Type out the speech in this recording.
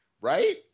right